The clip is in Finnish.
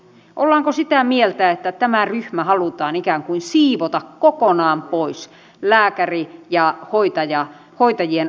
ollaanko sitä mieltä että tämä ryhmä halutaan ikään kuin siivota kokonaan pois lääkärien ja hoitajien ammattikunnasta